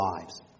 lives